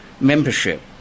membership